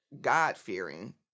God-fearing